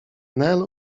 nel